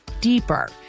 deeper